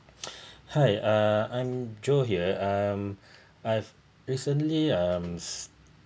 hi uh I'm joe here um I've recently um